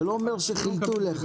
זה לא אומר שחילטו לך.